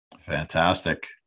Fantastic